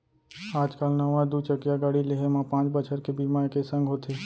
आज काल नवा दू चकिया गाड़ी लेहे म पॉंच बछर के बीमा एके संग होथे